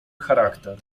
charakter